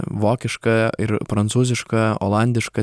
vokiška ir prancūziška olandiška